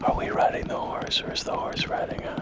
we riding the horse, or is the horse riding ah